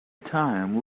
time